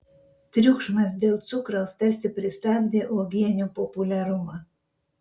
triukšmas dėl cukraus tarsi pristabdė uogienių populiarumą